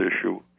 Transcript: issue